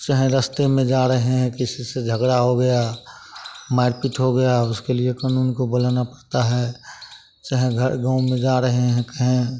चाहें रास्ते में जा रहे हैं किसी से झगड़ा हो गया मारपीट हो गया उसके लिए कानून को बुलाना पड़ता है चाहें घर गाँव में जा रहे हैं कहें